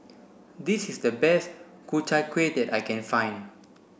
this is the best Ku Chai Kueh that I can find